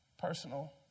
personal